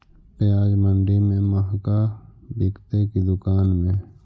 प्याज मंडि में मँहगा बिकते कि दुकान में?